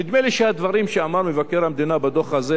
נדמה לי שהדברים שאמר מבקר המדינה בדוח הזה,